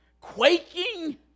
quaking